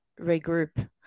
regroup